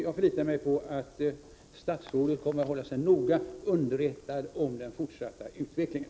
Jag förlitar mig på att statsrådet kommer att hålla sig noga underrättad om den fortsatta utvecklingen.